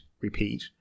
repeat